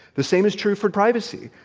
the same is true for privacy,